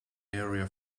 area